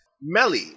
Melly